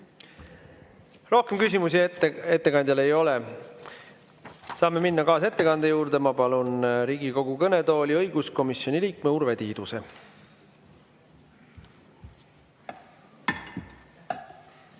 Rohkem küsimusi ettekandjale ei ole. Saame minna kaasettekande juurde. Ma palun Riigikogu kõnetooli õiguskomisjoni liikme Urve Tiiduse.